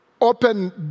open